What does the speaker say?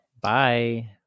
Bye